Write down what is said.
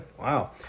wow